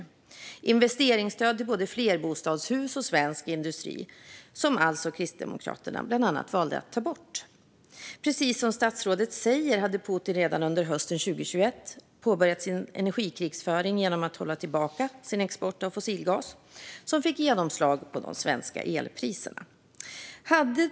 Det var investeringsstöd till både flerbostadshus och svensk industri, som bland andra Kristdemokraterna alltså valde att ta bort. Precis som statsrådet sa hade Putin redan under hösten 2021 påbörjat sin energikrigföring genom att hålla tillbaka sin export av fossilgas, vilket fick genomslag på de svenska elpriserna.